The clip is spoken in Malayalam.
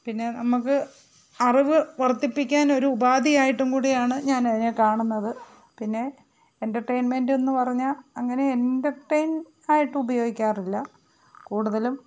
പിന്നെ നമുക്ക് അറിവ് വർദ്ധിപ്പിക്കാൻ ഒരു ഉപാധിയായിട്ടും കൂടിയാണ് ഞാനതിനെ കാണുന്നത് പിന്നെ എൻറ്റർറ്റേൻമൻറ്റെന്നു പറഞ്ഞാൽ അങ്ങനെ എൻറ്റർറ്റെയ്ൻ ആയിട്ട് ഉപയോഗിക്കാറില്ല കൂടുതലും